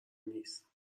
نیست